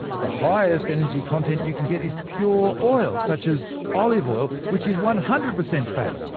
the highest energy content you can get is pure oil, such as olive oil, which is one hundred percent fat.